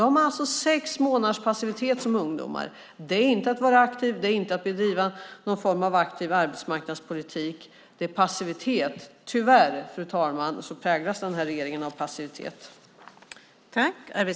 Då har man sex månaders passivitet som ungdom. Det är inte att vara aktiv, det är inte att bedriva någon form av aktiv arbetsmarknadspolitik. Det är passivitet. Tyvärr, fru talman, präglas den här regeringen av passivitet.